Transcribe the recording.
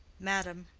madam,